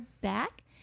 back